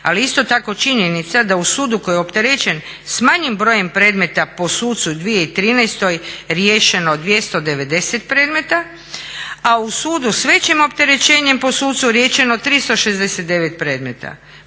je isto tako činjenica da u sudu koji je opterećen s manjim brojem predmeta po sucu u 2013. riješeno 290 predmeta, a u sudu s većim opterećenjem po sucu riješeno 369 predmeta.